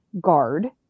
Guard